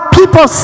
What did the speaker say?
people